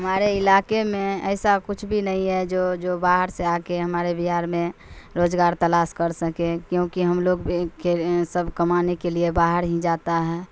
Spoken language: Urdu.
ہمارے علاقے میں ایسا کچھ بھی نہیں ہے جو جو باہر سے آ کے ہمارے بہار میں روزگار تلاش کر سکے کیونکہ ہم لوگ بھی سب کمانے کے لیے باہر ہی جاتا ہے